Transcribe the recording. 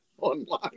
online